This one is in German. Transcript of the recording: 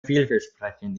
vielversprechend